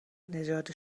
نژاد